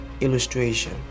illustration